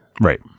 right